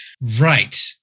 right